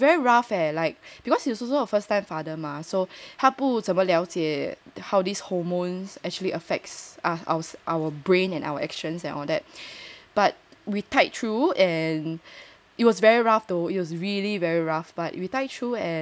it was very rough leh like because he was also her first time father mah so ha 不怎么了解 how these hormones actually affects our our our brain and our actions and all that but we tide through and it was very rough though it was really very rough but we tide through and